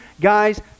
Guys